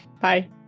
Bye